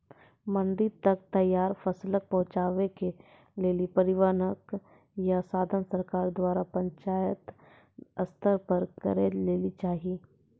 मंडी तक तैयार फसलक पहुँचावे के लेल परिवहनक या साधन सरकार द्वारा पंचायत स्तर पर करै लेली चाही?